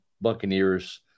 Buccaneers